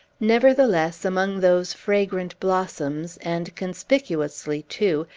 nevertheless, among those fragrant blossoms, and conspicuously, too,